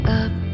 up